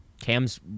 Cam's